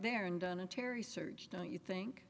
there and done a terry search don't you think